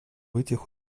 этих